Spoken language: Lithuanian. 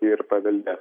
ir paveldės